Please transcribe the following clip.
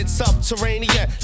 subterranean